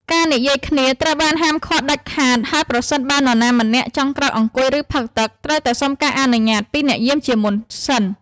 ការនិយាយគ្នាត្រូវបានហាមឃាត់ដាច់ខាត ហើយប្រសិនបើអ្នកណាម្នាក់ចង់ក្រោកអង្គុយ ឬផឹកទឹក ត្រូវតែសុំការអនុញ្ញាតពីអ្នកយាមជាមុនសិន។